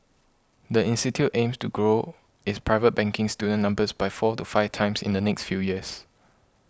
the institute aims to grow its private banking student numbers by four to five times in the next few years